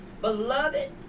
Beloved